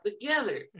together